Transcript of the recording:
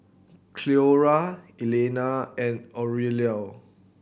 Cleora Elianna and Aurelio